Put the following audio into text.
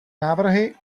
návrhy